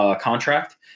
contract